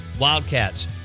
Wildcats